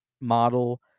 model